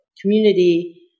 community